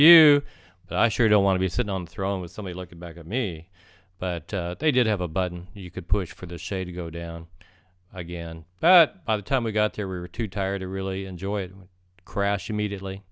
you i sure don't want to be sitting on throne with somebody looking back at me but they did have a button you could push for the shade to go down again but by the time we got there were too tired to really enjoy it crash immediately